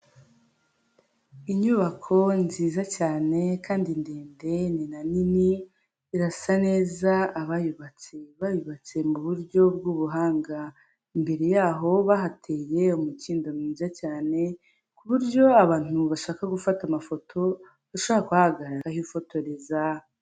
Inyubako nziza cyane kandi ndende ni na nini irasa neza abayubatse bayubatse mu buryo bw'ubuhanga, imbere yaho bahateye umukindo mwiza cyane ku buryo abantu bashaka gufata amafoto bashobora kuhagarara bahifotoreza.